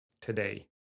today